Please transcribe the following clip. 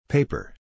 Paper